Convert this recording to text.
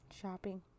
Shopping